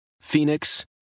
Phoenix